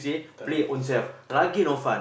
correct correct